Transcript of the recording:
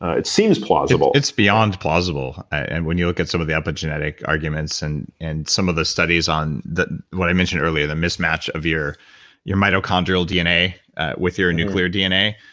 it seems plausible it's beyond plausible, and when you look at some of the epigenetic arguments, and and some of the studies on, what i mentioned earlier, the mismatch of your your mitochondrial dna with your nuclear dna.